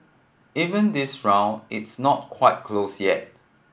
even this round it's not quite close yet